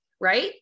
Right